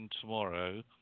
tomorrow